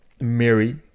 Mary